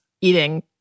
eating